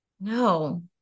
No